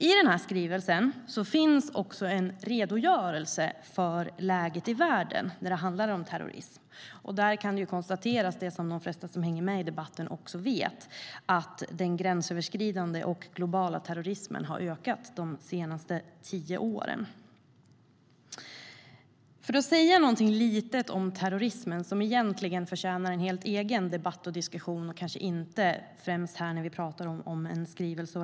I skrivelsen finns också en redogörelse för läget i världen i fråga om terrorism. Där kan vi konstatera det som de flesta som hänger med i debatten också vet, nämligen att den gränsöverskridande och globala terrorismen har ökat de senaste tio åren. Låt mig säga något om terrorismen, som egentligen förtjänar en helt egen debatt och diskussion, kanske inte främst när vi talar om en skrivelse.